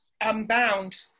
Unbound